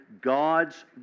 God's